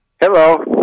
Hello